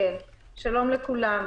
שלום לכולם.